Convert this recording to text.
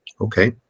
Okay